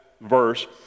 verse